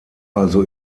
also